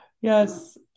Yes